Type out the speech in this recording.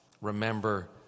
remember